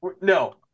No